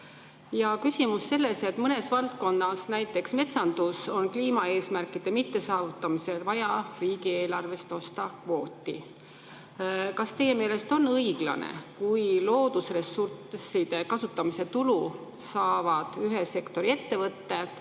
Küsimus on selles, et mõnes valdkonnas, näiteks metsanduses, on kliimaeesmärkide mittesaavutamisel vaja riigieelarvest osta kvooti. Kas teie meelest on õiglane, kui loodusressursside kasutamise tulu saavad ühe sektori ettevõtted,